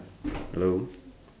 hello